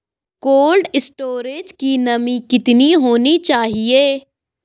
Cold storage की नमी कितनी होनी चाहिए?